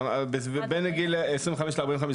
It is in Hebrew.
בין גיל 25 ל-45,